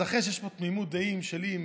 אז אחרי שיש פה תמימות דעים שלי עם